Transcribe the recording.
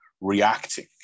reacting